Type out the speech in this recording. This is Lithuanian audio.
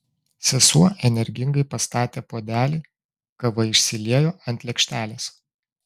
sesuo energingai pastatė puodelį kava išsiliejo ant lėkštelės